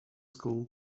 school